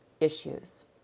issues